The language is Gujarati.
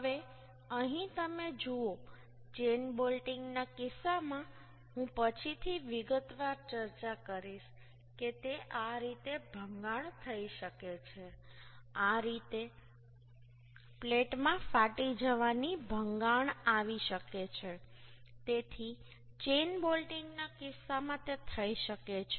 હવે અહીં તમે જુઓ ચેન બોલ્ટિંગ ના કિસ્સામાં હું પછીથી વિગતવાર ચર્ચા કરીશ કે તે આ રીતે ભંગાણ થઈ શકે છે આ રીતે પ્લેટ માં ફાટી જવાની ભંગાણ આવી શકે છે તેથી ચેન બોલ્ટિંગના કિસ્સામાં તે થઈ શકે છે